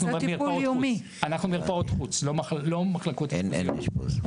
אנחנו מרפאות חוץ, לא מחלקות אשפוז.